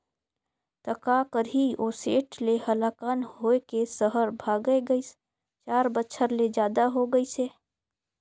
त का करही ओ सेठ ले हलाकान होए के सहर भागय गइस, चार बछर ले जादा हो गइसे